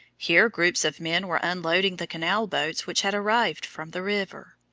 here groups of men were unloading the canal boats which had arrived from the river.